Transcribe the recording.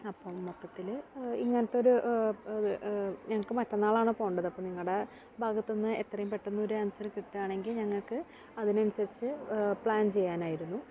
അപ്പം മൊത്തത്തിൽ ഇങ്ങനത്തെ ഒരു ഞങ്ങൾക്ക് മറ്റന്നാളാണ് പോവേണ്ടത് അപ്പം നിങ്ങളുടെ ഭാഗത്തുനിന്ന് എത്രയും പെട്ടെന്ന് ഒരു ആൻസർ കിട്ടുകയാണെങ്കിൽ ഞങ്ങൾക്ക് അതിനനുസരിച്ച് പ്ലാൻ ചെയ്യാനായിരുന്നു